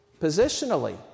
positionally